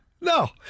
No